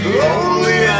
lonely